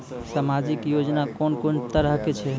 समाजिक योजना कून कून तरहक छै?